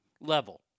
Level